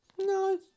no